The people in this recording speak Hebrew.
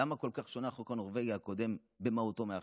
למה כל כך שונה החוק הנורבגי הקודם במהותו מעכשיו?